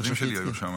הילדים שלי היו שם.